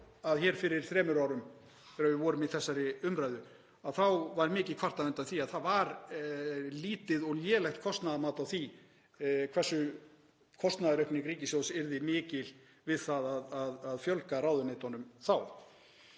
að hér fyrir þremur árum þegar við vorum í þessari umræðu þá var mikið kvartað undan því að það væri lítið og lélegt kostnaðarmat á því hversu kostnaðaraukning ríkissjóðs yrði mikil við það að fjölga ráðuneytunum þá.